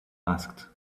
asked